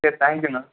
சரி தேங்க்யூண்ணா